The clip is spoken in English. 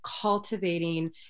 cultivating